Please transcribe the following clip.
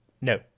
No